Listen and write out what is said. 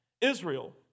Israel